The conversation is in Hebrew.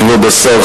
כבוד השר,